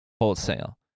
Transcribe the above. wholesale